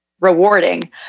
rewarding